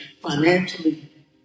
financially